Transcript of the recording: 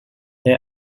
they